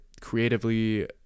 creatively